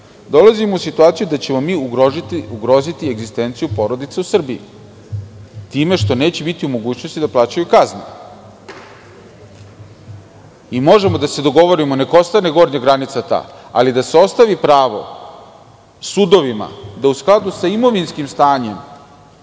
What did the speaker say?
kazne. Dolazimo u situaciju da ćemo mi ugroziti egzistenciju porodica u Srbiji, time što neće biti u mogućnosti da plaćaju kazne. Možemo da se dogovorimo, neka ostane gornja granica ta, ali da se ostavi pravo sudovima da u skladu sa imovinskim stanjem